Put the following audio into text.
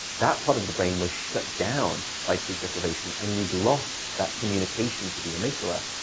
that part of the brain was shut down by sleep deprivation, and you'd lost that communication to the amygdala.